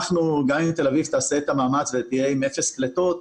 גם אם תל אביב תעשה את המאמץ ותהיה עם אפס פליטות,